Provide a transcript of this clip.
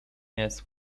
jest